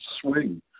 swing